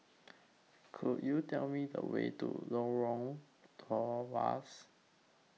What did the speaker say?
Could YOU Tell Me The Way to Lorong Tawas